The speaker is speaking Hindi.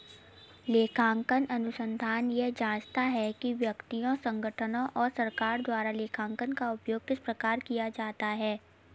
लेखांकन अनुसंधान यह जाँचता है कि व्यक्तियों संगठनों और सरकार द्वारा लेखांकन का उपयोग किस प्रकार किया जाता है